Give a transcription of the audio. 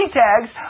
tags